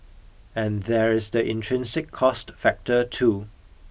and there is the intrinsic cost factor too